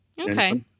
Okay